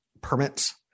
permits